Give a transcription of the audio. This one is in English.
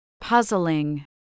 Puzzling